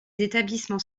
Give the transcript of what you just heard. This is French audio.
établissements